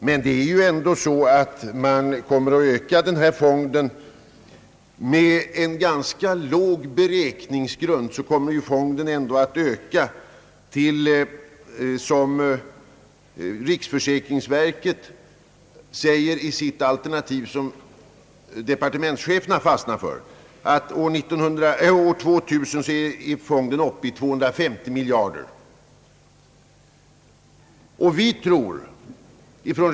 Men även med en ganska låg beräkningsgrund kommer fonden ändå att öka, som riksförsäkringsverket konstaterar i det alternativ, vilket departementschefen fastnat för. År 2000 är fonden uppe i 250 miljarder kronor enligt denna beräkningsgrund.